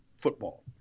football